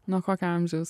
nuo kokio amžiaus